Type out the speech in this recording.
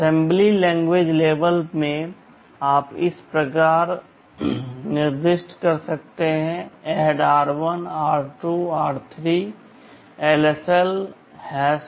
assembly language level में आप इस प्रकार निर्दिष्ट कर सकते हैं ADD r1 r2 r3 LSL 3